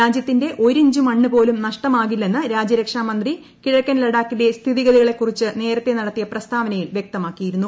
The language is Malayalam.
രാജ്യത്തിന്റെ ഒരിഞ്ചു മണ്ണു പോലും നിഷ്ടമാകില്ലെന്ന് രാജ്യരക്ഷാ മന്ത്രി കിഴക്കൻ ലഡാക്കിലെ സ്ഥിതിഗ്തികളെ കുറിച്ച് നേരത്തെ നടത്തിയ പ്രസ്താവനയിൽ വൃക്ത്രമാക്കിയിരുന്നു